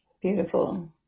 Beautiful